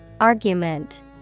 Argument